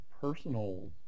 personal